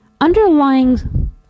underlying